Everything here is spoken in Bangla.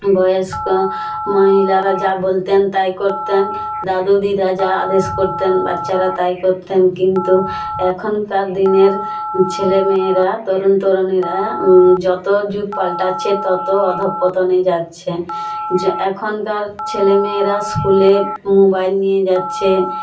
বয়েস্ক মহিলারা যা বলতেন তাই করতেন দাদু দিদা যা আদেশ করতেন বাচ্চারা তাই করতেন কিন্তু এখনকার দিনের ছেলে মেয়েরা তরুণ তরুণীরা যতো যুগ পাল্টাচ্ছে ততো অধঃপতনে যাচ্ছে এখনকার ছেলে মেয়েরা স্কুলে মোবাইল নিয়ে যাচ্ছে